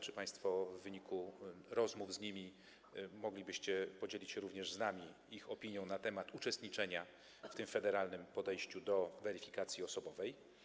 Czy w wyniku rozmów z nimi moglibyście państwo podzielić się również z nami ich opinią na temat uczestniczenia w tym federalnym podejściu do weryfikacji osobowej?